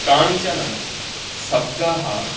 कानिचन शब्दाः